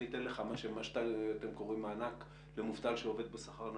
היא תיתן מה שאתם קוראים מענק למובטל שעובד בשכר נמוך.